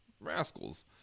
Rascals